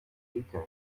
weekend